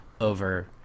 over